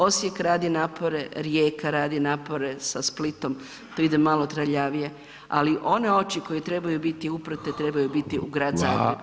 Osijek radi napore, Rijeka radi napore sa Splitom tu ide malo traljavije, ali one oči koje trebaju biti uprte trebaju biti u grad Zagreb.